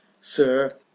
Sir